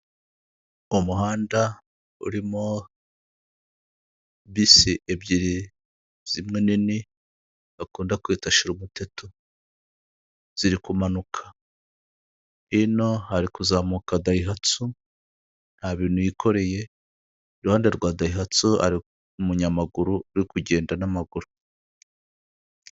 Umuhanda urimo bisi ebyiri zimwe nini, bakunda kwita shira umuteto. Ziri kumanuka. Hino hari kuzamuka dayihatsu, nta bintu yikoreye, iruhande rwa dayihatsu hari umunyamaguru uri kugenda n'amaguru.